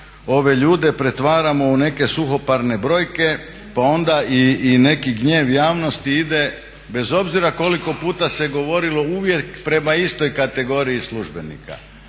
ove ljude pretvaramo u neke suhoparne brojke pa onda i neki gnjev javnosti ide bez obzira koliko puta se govorilo uvijek prema istoj kategoriji službenika.